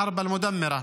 חברת הכנסת מירב כהן.